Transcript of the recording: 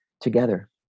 together